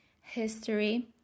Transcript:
history